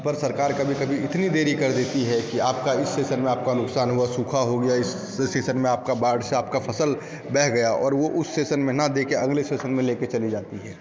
पर सरकार कभी कभी इतनी देरी कर देती है कि आपका इस सेशन में आपका नुकसान हुआ सूखा हो गया इस सेशन में आपका बाढ़ से आपका फसल बह गया और वह उस सेशन में न देकर अगले सेशन में लेकर चली जाती है